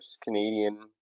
Canadian